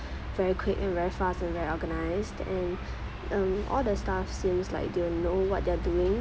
very quick and very fast and very organised and um all the staff seems like they'll know what they're doing